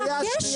אבל מה הקשר?